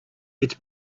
it’s